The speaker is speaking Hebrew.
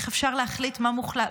איך אפשר להחליט מה מוחלט?